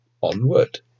Onward